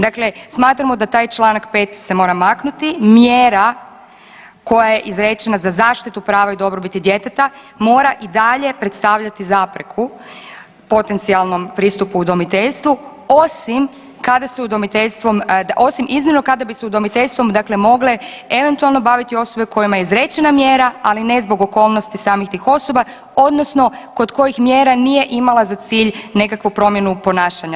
Dakle, smatramo da taj Članak 5. se mora maknuti, mjera koja je izrečena za zaštitu prava i dobrobiti djeteta mora i dalje predstavljati zapreku potencijalnom pristupu udomiteljstvu osim kada se udomiteljstvom osim iznimno kada bi se udomiteljstvom dakle mogle eventualno baviti osobe kojima je izrečena mjera, ali ne zbog okolnosti samih tih osoba odnosno kod kojih mjera nije imala za cilj nekakvu promjenu ponašanja